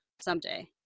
someday